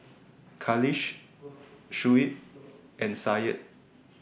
Khalish Shuib and Syed